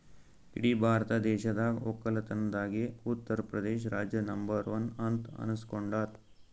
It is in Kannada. ಇಡೀ ಭಾರತ ದೇಶದಾಗ್ ವಕ್ಕಲತನ್ದಾಗೆ ಉತ್ತರ್ ಪ್ರದೇಶ್ ರಾಜ್ಯ ನಂಬರ್ ಒನ್ ಅಂತ್ ಅನಸ್ಕೊಂಡಾದ್